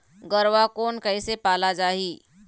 गरवा कोन कइसे पाला जाही?